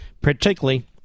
particularly